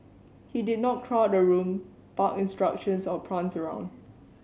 he did not crowd a room bark instructions or prance around